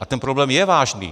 A ten problém je vážný.